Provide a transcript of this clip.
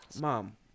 Mom